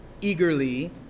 eagerly